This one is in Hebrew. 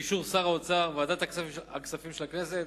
באישור שר האוצר וועדת הכספים של הכנסת,